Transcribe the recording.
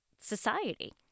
society